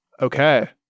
Okay